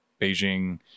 Beijing